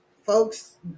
folks